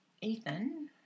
Ethan